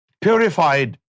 purified